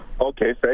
Okay